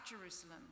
Jerusalem